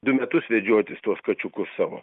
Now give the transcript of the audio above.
du metus vedžiotis tuos kačiukus savo